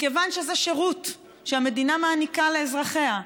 מכיוון שזה שירות שהמדינה מעניקה לאזרחיה,